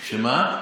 שמה?